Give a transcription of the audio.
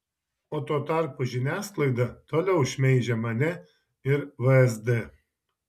o tuo tarpu žiniasklaida toliau šmeižia mane ir vsd